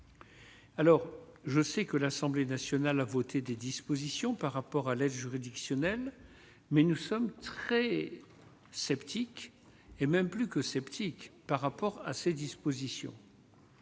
Alors je sais que l'Assemblée nationale a voté des dispositions par rapport à l'aide juridictionnelle, mais nous sommes très sceptiques et même plus que sceptique par rapport à ces dispositions.